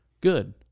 Good